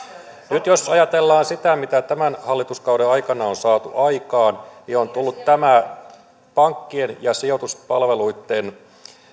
nyt jos ajatellaan sitä mitä tämän hallituskauden aikana on saatu aikaan niin on on tullut tämä pankkien ja sijoituspalveluitten